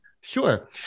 sure